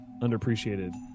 Underappreciated